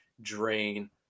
drain –